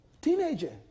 Teenager